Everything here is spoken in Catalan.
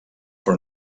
però